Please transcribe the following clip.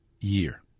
year